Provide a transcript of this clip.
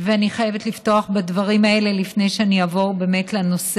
ואני חייבת לפתוח בדברים האלה לפני שאעבור לנושא.